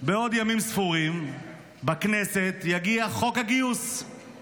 בעוד ימים ספורים יגיע חוק הגיוס לכנסת.